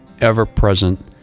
ever-present